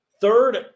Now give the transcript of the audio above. third –